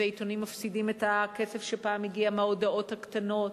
ועיתונים מפסידים את הכסף שפעם הגיע מהמודעות הקטנות,